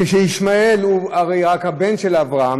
כשישמעאל הוא הרי רק הבן של אברהם,